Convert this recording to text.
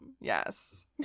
Yes